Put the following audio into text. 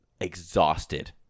exhausted